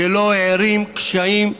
שלא הערים קשיים,